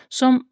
som